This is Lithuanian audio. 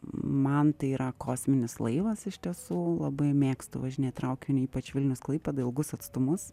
man tai yra kosminis laivas iš tiesų labai mėgstu važinėt traukiniu ypač vilnius klaipėda ilgus atstumus